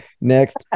Next